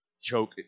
choke